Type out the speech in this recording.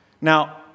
Now